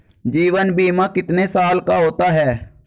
जीवन बीमा कितने साल का होता है?